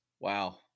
Wow